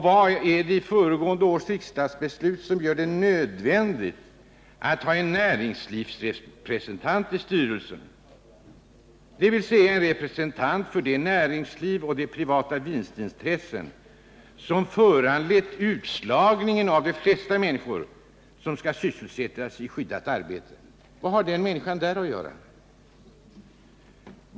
Vad är det i föregående års riksdagsbeslut som gör det nödvändigt att ha en näringslivsrepresentant i styrelsen, dvs. en representant för det näringsliv och de privata vinstintressen som föranlett utslagning av de flesta människor som skall sysselsättas 1 skyddat arbete? Vad har den människan där att göra?